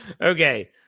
okay